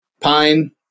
Pine